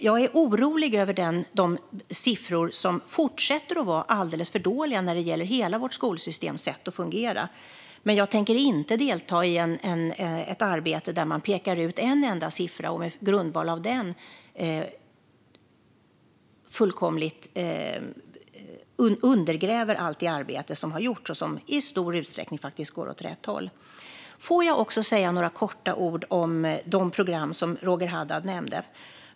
Jag är orolig över de siffror som fortsätter att vara alldeles för dåliga när det gäller hela vårt skolsystems sätt att fungera. Men jag tänker inte delta i ett arbete där man pekar på en enda siffra och på grundval av den fullkomligt undergräver allt det arbete som har gjorts och som i stor utsträckning faktiskt går åt rätt håll. Får jag också säga några ord om de program som Roger Haddad nämnde.